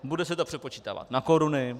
Bude se to přepočítávat na koruny?